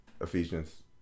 Ephesians